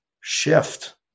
shift